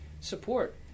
support